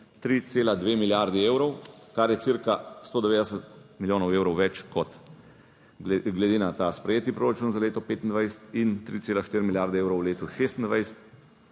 3,2 milijardi evrov, kar je cirka 190 milijonov evrov več kot glede na ta sprejeti proračun za leto 2025 in 3,4 milijarde evrov v letu 2026.